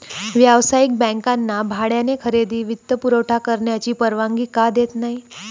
व्यावसायिक बँकांना भाड्याने खरेदी वित्तपुरवठा करण्याची परवानगी का देत नाही